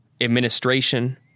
administration